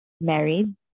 married